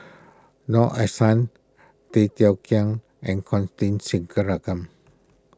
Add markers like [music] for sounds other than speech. Noor Aishah Tay Teow Kiat and Constance [unintelligible]